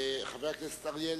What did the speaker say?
אחר כך האיחוד